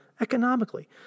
economically